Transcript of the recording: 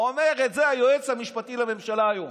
אומר את זה היועץ המשפטי לממשלה היום,